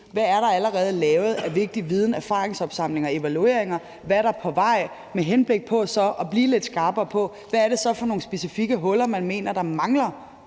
hvad der allerede er indsamlet af vigtig viden og lavet af erfaringsopsamlinger og evalueringer, og hvad der er på vej, med henblik på så at blive lidt skarpere på, hvad det er for nogle specifikke huller, man mener der mangler